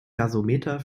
gasometer